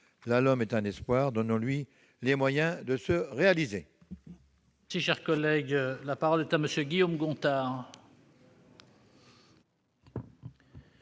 La LOM est un espoir ; donnons-lui les moyens de se réaliser